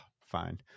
fine